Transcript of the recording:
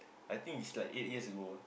I think is like eight years ago ah